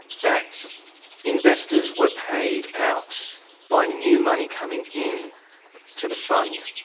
that investors were paid out by new money coming in to the fund.